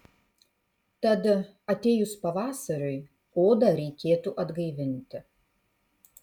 tad atėjus pavasariui odą reikėtų atgaivinti